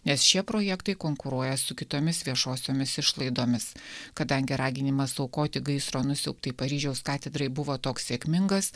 nes šie projektai konkuruoja su kitomis viešosiomis išlaidomis kadangi raginimas aukoti gaisro nusiaubtai paryžiaus katedrai buvo toks sėkmingas